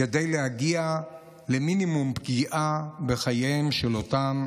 כדי להגיע למינימום פגיעה בחייהם של אותם